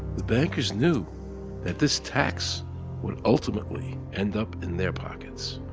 the bankers knew that this tax will ultimately end up in their pockets.